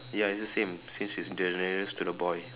ya it's the same since it's the nearest to the boy